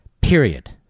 period